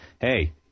Hey